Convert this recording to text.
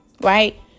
right